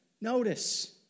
notice